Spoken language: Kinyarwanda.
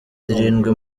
zirindwi